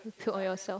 puke on yourself